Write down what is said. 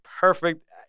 Perfect